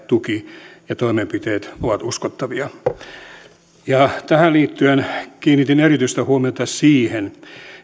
tuki ja toimenpiteet ovat uskottavia tähän liittyen kiinnitin erityistä huomiota siihen